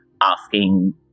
asking